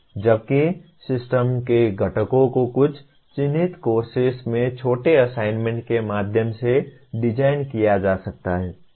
जबकि सिस्टम के घटकों को कुछ चिन्हित कोर्सेस में छोटे असाइनमेंट के माध्यम से डिज़ाइन किया जा सकता है